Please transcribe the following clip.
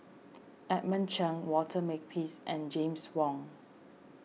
Edmund Cheng Walter Makepeace and James Wong